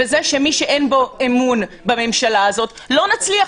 וזה שמי שאין בו אמון בממשלה הזאת לא נצליח